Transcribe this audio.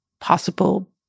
possible